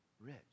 rich